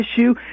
issue